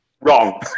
Wrong